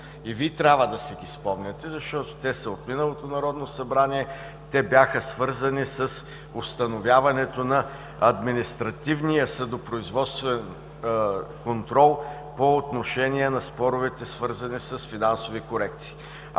и Вие трябва да си ги спомняте, защото те са от миналото Народно събрание, те бяха свързани с установяването на административния съдопроизводствен контрол по отношение на споровете, свързани с финансови корекции.